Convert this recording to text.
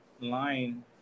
line